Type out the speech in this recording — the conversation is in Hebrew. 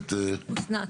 כן.